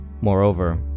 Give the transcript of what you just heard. Moreover